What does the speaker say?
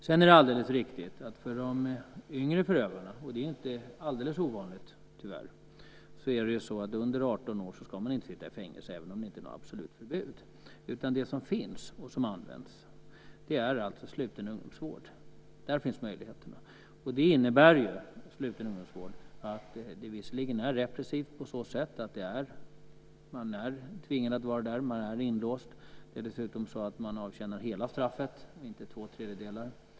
Det är alldeles riktigt att yngre förövare under 18 år - vilket, tyvärr, inte är alldeles ovanligt - inte ska sitta i fängelse, även om det inte är ett absolut förbud. Vad som finns och som används är sluten ungdomsvård. Där finns möjligheterna. Sluten ungdomsvård innebär att det visserligen är repressivt på så sätt att man är tvingad att vara där; man är inlåst. Dessutom avtjänar man hela straffet, inte två tredjedelar.